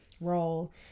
role